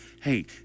Hey